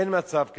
אין מצב כזה.